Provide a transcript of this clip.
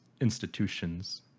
institutions